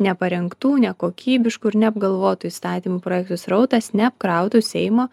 neparengtų nekokybiškų ir neapgalvotų įstatymų projektų srautas neapkrautų seimo